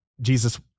Jesus